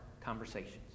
conversations